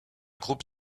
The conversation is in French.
groupe